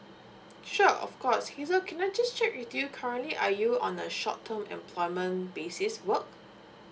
sure of course hazel can I just check with you currently are you on a short term employment basis work